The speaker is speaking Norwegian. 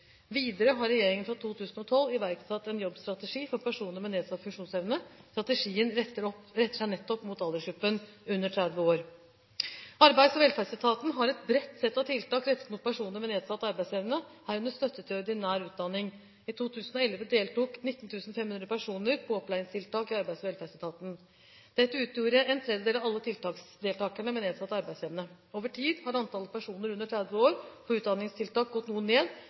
Videre har regjeringen fra 2012 iverksatt en jobbstrategi for personer med nedsatt funksjonsevne. Strategien retter seg nettopp mot aldersgruppen under 30 år. Arbeids- og velferdsetaten har et bredt sett av tiltak rettet mot personer med nedsatt arbeidsevne, herunder støtte til ordinær utdanning. I 2011 deltok 19 500 personer på opplæringstiltak i Arbeids- og velferdsetaten. Dette utgjorde en tredjedel av alle tiltaksdeltakere med nedsatt arbeidsevne. Over tid har antall personer under 30 år på utdanningstiltak gått noe ned,